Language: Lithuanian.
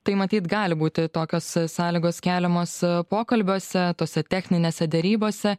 tai matyt gali būti tokios sąlygos keliamos pokalbiuose tose techninėse derybose